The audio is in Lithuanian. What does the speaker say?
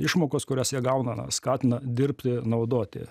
išmokos kurias jie gauna skatina dirbti naudoti